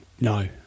No